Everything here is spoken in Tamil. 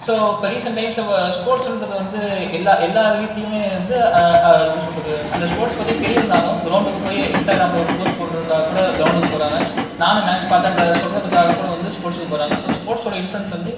ஸோ இப்போ ரீசன்ட் டைம்ஸில் ஸ்போர்ட்சுன்றது வந்து எல்லா எல்லார் வீட்டிலேயுமே வந்து அது எப்படி சொல்கிறது அந்த ஸ்போர்ட்ஸ் பற்றி தெரியலைனாலும் கிரவுண்டுக்கு போய் இன்ஸ்டாகிராமில் ஒரு போஸ்ட் போடுகிறதுக்கா கூட கிரவுண்டுக்கு போகிறாங்க நானும் மேட்ச் பார்த்தேன்றத சொல்கிறதுக்காக கூட வந்து ஸ்போர்ட்ஸ்க்கு போகிறாங்க ஸோ ஸ்போர்ட்ஸ் வோட இன்ஃப்ளுயன்ஸ் வந்து